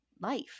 life